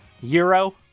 euro